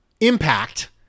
impact